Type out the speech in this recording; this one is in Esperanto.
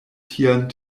tiajn